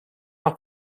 noch